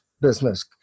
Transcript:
business